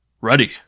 Ready